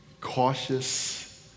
cautious